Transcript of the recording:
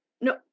No